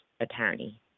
attorney